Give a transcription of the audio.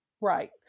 Right